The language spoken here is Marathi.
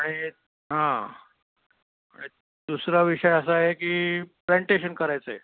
आणि हां दुसरा विषय असा आहे की प्लॅनटेशन करायचं आहे